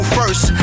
first